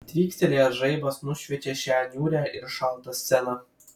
tvykstelėjęs žaibas nušviečia šią niūrią ir šaltą sceną